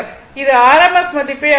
இது RMS மதிப்பை அளவிடும்